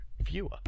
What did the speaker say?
viewer